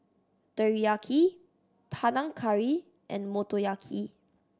Teriyaki Panang Curry and Motoyaki